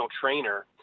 trainer